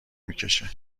میکشه